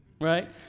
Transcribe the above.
right